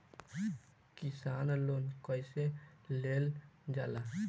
किसान लोन कईसे लेल जाला?